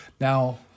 Now